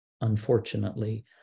unfortunately